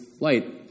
light